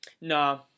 No